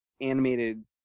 animated